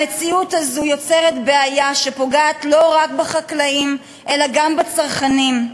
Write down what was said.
המציאות הזאת יוצרת בעיה שפוגעת לא רק בחקלאים אלא גם בצרכנים: